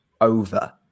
over